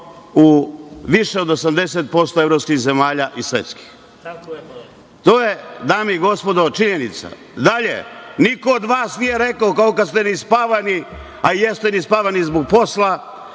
u više od 80% evropskih zemalja i svetskih. To je, dame i gospodo, činjenica. Dalje, niko od vas nije rekao, koliko ste neispavani, a jeste neispavani zbog posla,